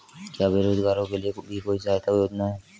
क्या बेरोजगारों के लिए भी कोई सहायता योजना है?